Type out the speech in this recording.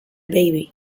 baby